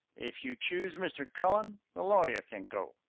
if you choose mr. cullen the lawyer can go.